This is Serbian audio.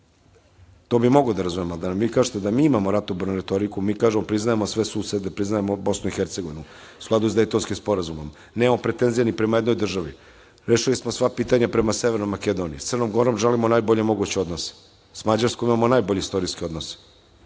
to bih mogao da razumem, a da nam vi kažete da mi imamo ratobornu retoriku, mi kažemo priznajemo sve susede, BiH, u skladu sa Dejtonskim sporazumom, nemamo pretenzije ni prema jednoj državi. Rešili smo sva pitanja sa Severnom Makedonijom, sa Crnom Gorom želimo najbolje moguće odnose, sa Mađarskom imamo najbolje istorijske odnose,